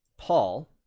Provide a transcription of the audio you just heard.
Paul